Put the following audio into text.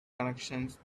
connections